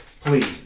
please